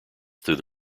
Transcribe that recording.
through